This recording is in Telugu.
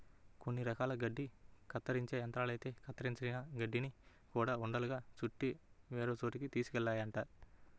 కొన్ని రకాల గడ్డి కత్తిరించే యంత్రాలైతే కత్తిరించిన గడ్డిని గూడా ఉండలుగా చుట్టి వేరే చోటకి తీసుకెళ్తాయంట